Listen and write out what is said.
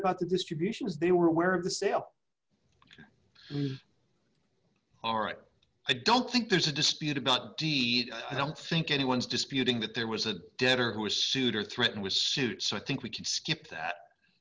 about the distributions they were aware of the sales aren't i don't think there's a dispute about d d i don't think anyone is disputing that there was a debtor who was sued or threatened was suit so i think we could skip that